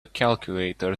calculator